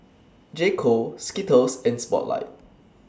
J Co Skittles and Spotlight